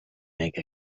make